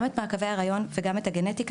גם את בדיקות ההיריון וגם את הבדיקות הגנטיות,